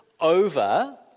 over